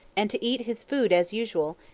and to eat his food as usual,